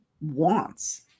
wants